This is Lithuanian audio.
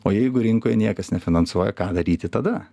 o jeigu rinkoj niekas nefinansuoja ką daryti tada